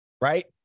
right